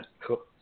Cool